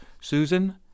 Susan